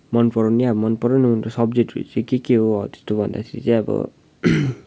मन पराउने अब मन पराउने उनीहरूको सब्जेक्टहरू चाहिँ के के हो त्यस्तो भन्दाखेरि चाहिँ अब